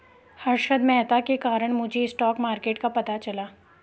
हर्षद मेहता के कारण मुझे स्टॉक मार्केट का पता चला